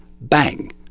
Bang